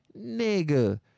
Nigga